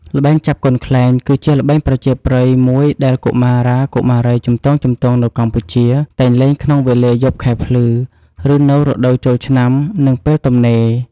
ល្បែងចាប់កូនខ្លែង គឺជាល្បែងប្រជាប្រិយមួយដែលកុមារាកុមារីជំទង់ៗនៅកម្ពុជា តែងលេងក្នុងវេលាយប់ខែភ្លឺ ឬនៅរដូវចូលឆ្នាំ និងពេលទំនេរ។